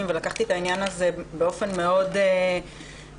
ולקחתי את העניין הזה באופן מאוד ספציפי.